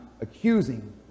accusing